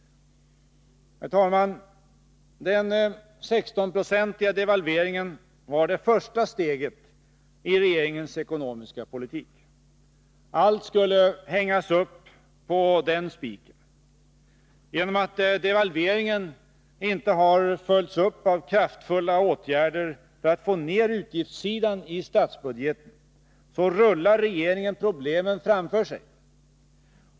Herr talman! Den 16-procentiga devalveringen var det första steget i regeringens ekonomiska politik. Allt skulle hängas upp på den spiken. Genom att devalveringen inte här följts upp av kraftfulla åtgärder för att få ner utgiftssidan i statsbudgeten rullar regeringen problemen framför sig.